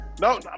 No